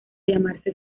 llamarse